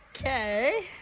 Okay